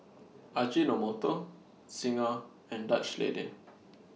Ajinomoto Singha and Dutch Lady